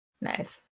Nice